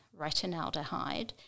retinaldehyde